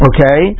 Okay